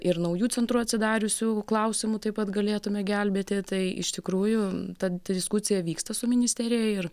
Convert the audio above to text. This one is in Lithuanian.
ir naujų centrų atsidariusių klausimu taip pat galėtume gelbėti tai iš tikrųjų ta diskusija vyksta su ministerija ir